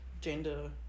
gender